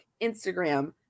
Instagram